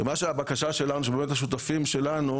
והבקשה שלנו שבאמת השותפים שלנו,